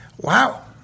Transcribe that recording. wow